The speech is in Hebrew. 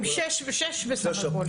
הם שש ושש בסך הכול.